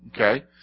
Okay